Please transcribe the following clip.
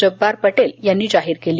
जब्बार पटेल यांनी जाहीर केली